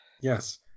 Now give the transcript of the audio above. Yes